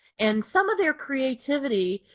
and some of their creativity,